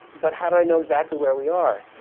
but how do i know exactly where we are?